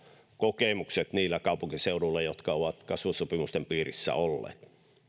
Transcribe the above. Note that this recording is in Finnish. kokemukset niillä kaupunkiseuduilla jotka ovat kasvusopimusten piirissä olleet